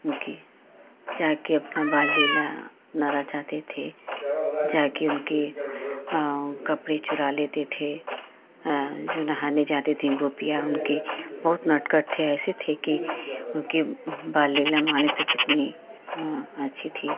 उनके जाकर अपना बाल लीला अपना रचाते थे जाकर उनके कपड़े चुरा लेते थे जो नहाने जाते थीं गोपियाँ उनके बहुत नटकट थे ऐसे थे कि उनके बाल लीला माने तो कितनी अच्छी थी